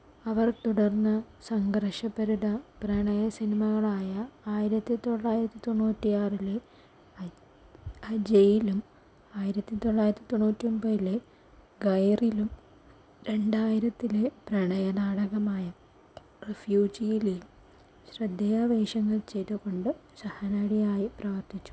അവർ തുടർന്ന് സംഘർഷ ഭരിത പ്രണയ സിനിമകളായ ആയിരത്തി തൊള്ളായിരത്തി തൊണ്ണൂറ്റി ആറിലെ അജയിലും ആയിരത്തി തൊള്ളായിരത്തി തൊണ്ണൂറ്റി ഒൻപതിലെ ഗൈറിലും രണ്ടായിരത്തിലെ പ്രണയനാടകമായ റെഫ്യൂജിയിലും ശ്രദ്ധേയവേഷങ്ങൾ ചെയ്തുകൊണ്ട് സഹനടിയായി പ്രവർത്തിച്ചു